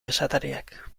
esatariak